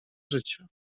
życia